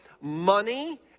money